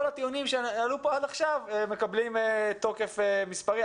כל הטיעונים שעלו פה עד עכשיו מקבלים עתה גם תוקף מספרי.